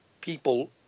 people